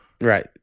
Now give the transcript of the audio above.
Right